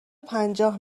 پنجاه